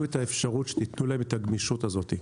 את האפשרות שתיתנו להם את הגמישות הזאת.